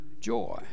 joy